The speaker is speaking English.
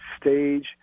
stage